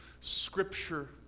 Scripture